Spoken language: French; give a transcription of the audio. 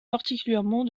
particulièrement